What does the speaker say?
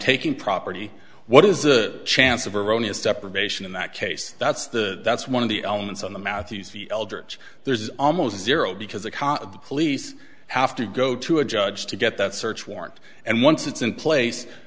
taking property what is the chance of erroneous deprivation in that case that's the that's one of the elements on the mouthy eldritch there's almost zero because the cost of the police have to go to a judge to get that search warrant and once it's in place